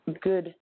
good